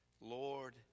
Lord